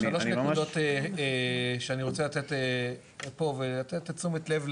אני ממש שלוש נקודות שאני רוצה לתת פה ולתת תשומת לב,